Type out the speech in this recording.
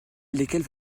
lesquels